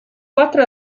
quattro